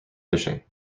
fishing